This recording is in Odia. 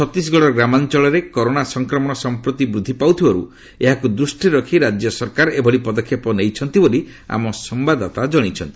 ଛତିଶଗଡ଼ର ଗ୍ରାମାଞ୍ଚଳରେ କରୋନା ସଫକ୍ରମଣ ସଂପ୍ରତି ବୃଦ୍ଧି ପାଉଥିବାରୁ ଏହାକୁ ଦୃଷ୍ଟିରେ ରଖି ରାଜ୍ୟ ସରକାର ଏଭଳି ପଦକ୍ଷେପ ନେଇଛନ୍ତି ବୋଲି ଆମ ସମ୍ଭାଦଦାତା କଣାଇଛନ୍ତି